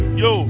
yo